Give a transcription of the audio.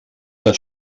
das